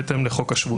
בהתאם לחוק השבות.